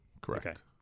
Correct